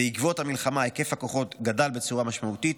בעקבות המלחמה היקף הכוחות גדל בצורה משמעותית,